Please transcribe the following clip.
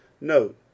Note